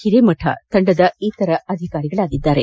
ಹಿರೇಮಠ ತಂಡದ ಇತರ ಅಧಿಕಾರಿಗಳಾಗಿದ್ದಾರೆ